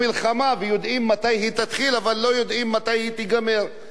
תתחיל אבל לא יודעים מתי תיגמר ואיך היא תיגמר,